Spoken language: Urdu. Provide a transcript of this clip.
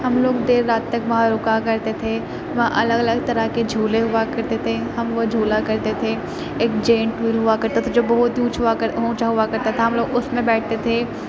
ہم لوگ دیر رات تک وہاں رکا کرتے تھے وہاں الگ الگ طرح کے جھولے ہوا کرتے تھے ہم وہ جھولا کرتے تھے ایک جینٹ وھیل ہوا کرتا تھا جو بہت اونچ ہوا کر اونچا ہوا کرتا تھا ہم لوگ اس میں بیٹھتے تھے